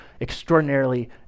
extraordinarily